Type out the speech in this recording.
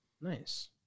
Nice